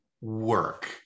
work